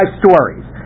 stories